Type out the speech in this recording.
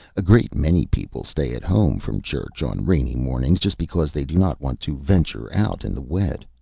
a great many people stay at home from church on rainy mornings just because they do not want to venture out in the wet.